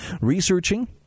Researching